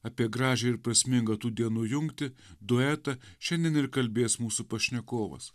apie gražią ir prasmingą tų dienų jungtį duetą šiandien ir kalbės mūsų pašnekovas